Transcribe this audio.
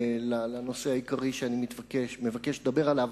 לנושא העיקרי שאני מבקש לדבר עליו.